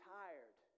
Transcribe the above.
tired